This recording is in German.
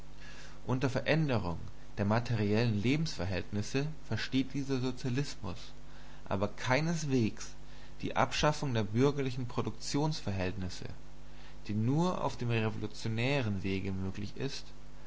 unter veränderung der materiellen lebensverhältnisse versteht dieser sozialismus aber keineswegs abschaffung der bürgerlichen produktionsverhältnisse die nur auf revolutionärem wege möglich ist